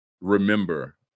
remember